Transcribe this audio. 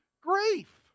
grief